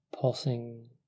pulsing